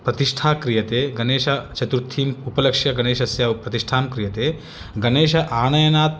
प्रतिष्ठा क्रियते गनेशचतुर्थीम् उपलक्ष्य गणेशस्य प्रतिष्ठां क्रियते गनेश आनयनात्